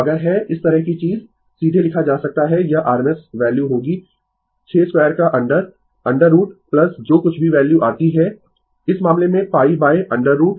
तो अगर है इस तरह की चीज सीधे लिखा जा सकता है यह RMS वैल्यू होगी 62 का अंडर √ जो कुछ भी वैल्यू आती है इस मामले में π √2